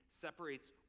separates